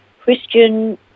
Christian